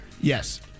Yes